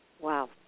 Wow